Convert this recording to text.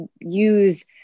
use